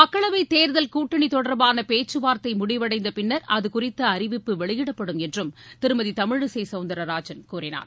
மக்களவைத் தேர்தல் கூட்டணி தொடர்பான பேச்சுவார்த்தை முடிவடைந்த பின்னர் அதுகுறித்த அறிவிப்பு வெளியிடப்படும் என்றும் திருமதி தமிழிசை சௌந்தரராஜன் கூறினார்